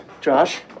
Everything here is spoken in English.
Josh